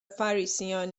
فَریسیان